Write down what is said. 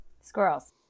Squirrels